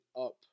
up